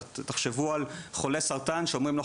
תחשבו על חולה סרטן שאומרים לו,